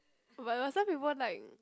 but but some people like